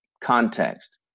context